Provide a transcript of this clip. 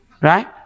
right